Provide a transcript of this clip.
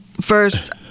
first